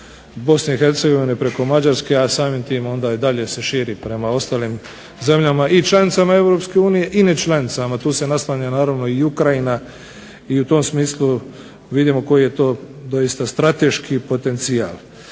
dakle od BiH preko Mađarske, a samim time i onda se dalje širi prema ostalim zemljama i članicama EU i nečlanicama. Tu se naslanja naravno i Ukrajina i u tom smislu vidimo koji je to doista strateški potencijal.